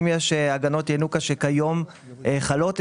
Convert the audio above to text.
אם יש הגנות ינוקא שכיום חלות,